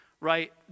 right